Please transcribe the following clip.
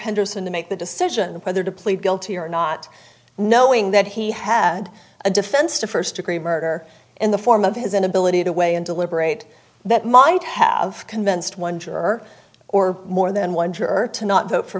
henderson to make the decision whether to plead guilty or not knowing that he had a defense to first degree murder in the form of his inability to weigh and deliberate that might have convinced one juror or more than one juror to not vote for